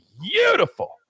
beautiful